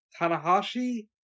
Tanahashi